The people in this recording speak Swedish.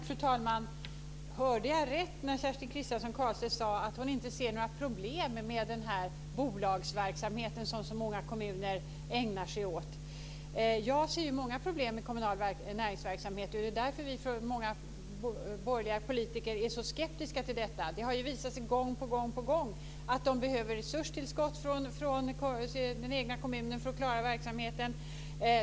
Fru talman! Hörde jag rätt när Kerstin Kristiansson Karlstedt sade att hon inte ser några problem med den bolagsverksamhet som så många kommuner ägnar sig åt? Jag ser många problem med kommunal näringsverksamhet. Det är därför många av oss borgerliga politiker är så skeptiska mot detta. Det har ju visat sig gång på gång att det behövs resurstillskott från den egna kommunen för att man ska klara verksamheten.